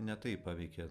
ne taip paveikė